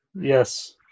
Yes